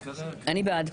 ארבעה.